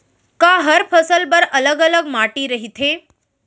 का हर फसल बर अलग अलग माटी रहिथे?